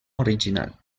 original